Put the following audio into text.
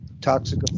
toxic